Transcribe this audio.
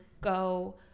go